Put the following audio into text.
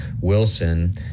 Wilson